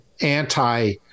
anti